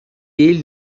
ele